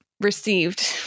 received